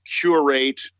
curate